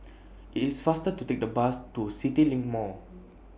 IT IS faster to Take The Bus to CityLink Mall